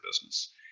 business